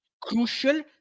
crucial